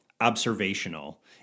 observational